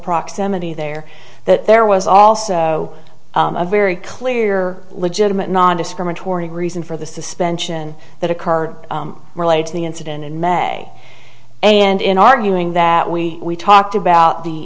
proximity there that there was also a very clear legitimate nondiscriminatory reason for the suspension that occurred related to the incident in may and in arguing that we talked about the